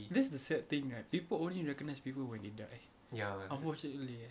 that's the sad thing right people only recognise people when they die unfortunately